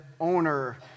owner